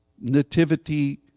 nativity